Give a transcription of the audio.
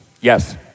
Yes